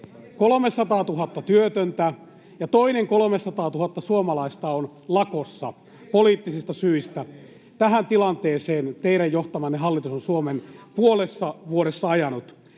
300 000 työtöntä ja toinen 300 000 suomalaista on lakossa poliittisista syistä. [Jani Mäkelä: Ja keskusta vain vitsailee!] Tähän tilanteeseen teidän johtamanne hallitus on Suomen puolessa vuodessa ajanut.